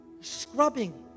scrubbing